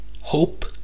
hope